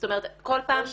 זאת אומרת, כל פעם -- כל שנה.